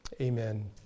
Amen